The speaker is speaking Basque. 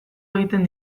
egiten